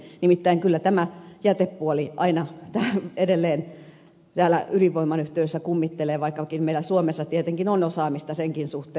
nimittäin kyllä tämä jätepuoli aina edelleen täällä ydinvoiman yhteydessä kummittelee vaikkakin meillä suomessa tietenkin on osaamista senkin suhteen